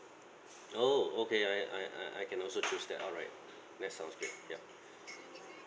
oh okay I I I I can also choose that alright that sounds great yup